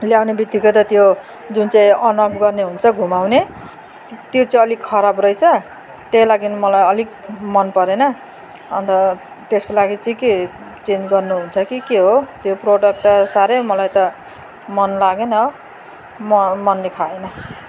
ल्याउनु बितिक्कै त त्यो जुन चाहिँ अन अफ गर्ने हुन्छ घुमाउने त्यो चाहिँ अलिक खराब रहेछ त्यही लागि मलाई अलिक मनपरेन अन्त त्यसको लागि चाहिँ के चेन्ज गर्नु हुन्छ कि के हो त्यो प्रडक्ट त साह्रै मलाई त मन लागेन म मनले खाएन